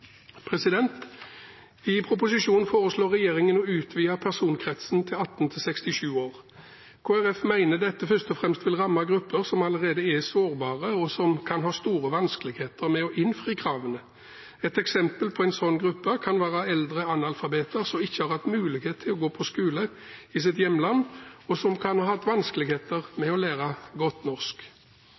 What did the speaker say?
I proposisjonen foreslår regjeringen å utvide personkretsen til 18–67 år. Kristelig Folkeparti mener dette først og fremst vil ramme grupper som allerede er sårbare, og som kan ha store vanskeligheter med å innfri kravene. Et eksempel på en slik gruppe kan være eldre analfabeter som ikke har hatt mulighet til å gå på skole i sitt hjemland, og som kan ha hatt vanskeligheter med å lære godt norsk.